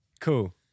Cool